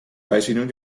väsinud